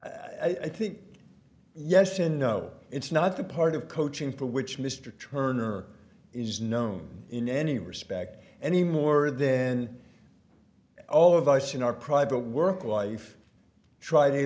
think yes and no it's not the part of coaching for which mr turner is known in any respect any more then all of us in our private work life try t